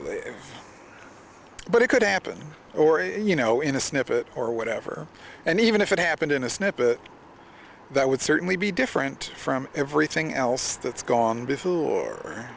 believe but it could happen or you know in a snippet or whatever and even if it happened in a snippet that would certainly be different from everything else that's gone before